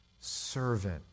servant